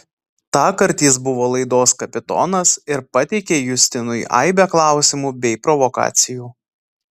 tąkart jis buvo laidos kapitonas ir pateikė justinui aibę klausimų bei provokacijų